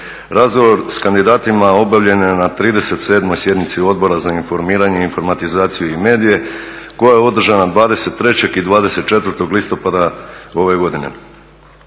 Razgovor s kandidatima obavljen je na 37. sjednici Odbora za informiranje, informatizaciju i medije koja je održana 23. i 24. listopada ove godine.